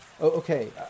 okay